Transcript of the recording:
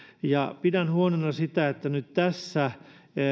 pidän huonona sitä että nyt tässä